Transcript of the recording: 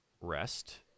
rest